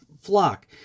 flock